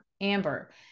Amber